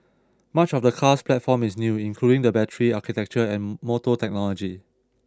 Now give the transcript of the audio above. much of the car's platform is new including the battery architecture and motor technology